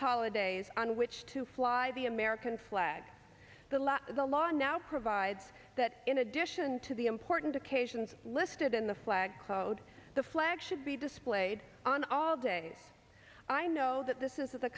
holidays on which to fly the american flag the law the law now provides that in addition to the important occasions listed in the flag code the flag should be displayed on all day i know that this is a